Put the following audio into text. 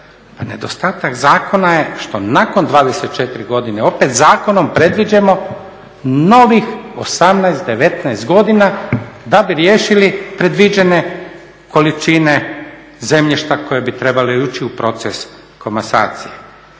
nedostatak zakona je što nakon 24 godine opet zakonom predviđamo novih 18, 19 godina da bi riješili predviđene količine zemljišta koje bi trebale ući u proces komasacije.